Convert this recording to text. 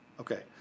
Okay